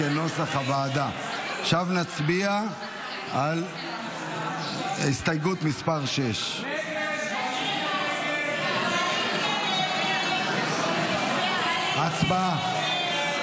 עכשיו נצביע על הסתייגות מס' 6. הצבעה.